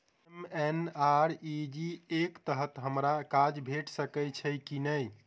MNREGA कऽ तहत हमरा काज भेट सकय छई की नहि?